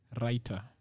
writer